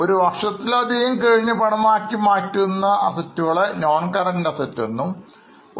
ഒരു വർഷത്തിലധികം കഴിഞ്ഞിട്ടാണ് പണമാക്കി മാറ്റുന്ന എങ്കിൽ Non കറൻറ് Assetsഎന്നു വിളിക്കുന്നു